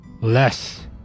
Less